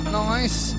nice